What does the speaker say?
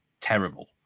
terrible